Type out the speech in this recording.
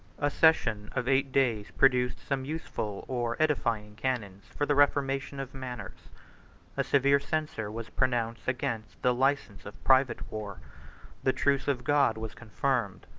a session of eight days produced some useful or edifying canons for the reformation of manners a severe censure was pronounced against the license of private war the truce of god was confirmed,